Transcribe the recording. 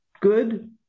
good